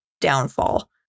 downfall